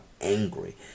angry